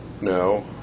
No